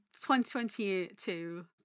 2022